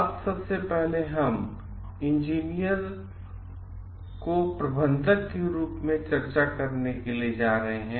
अब सबसे पहले हम इंजीनियरों को प्रबंधकों के रूप में चर्चा करने जा रहे हैं